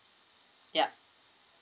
yup